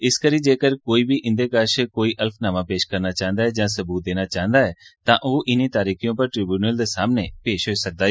इस करी जेक्कर कोई बी इन्दे कश कोई अल्फनामा पेश करना चांह्दा ऐ जां सबूत देना चांह्दा ऐ तां ओह् इनें तरीकें उप्पर ट्रव्यूनल दे सामनै पेश होई सकदा ऐ